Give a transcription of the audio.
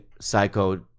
psycho